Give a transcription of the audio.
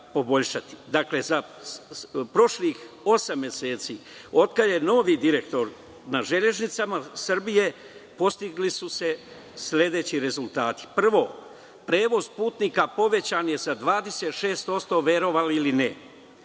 Za prošlih osam meseci, od kada je novi direktor na „Železnicama Srbije“, postigli su se sledeći rezultati. Prvo, prevoz putnika povećan je za 26%. Ostvareni